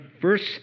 first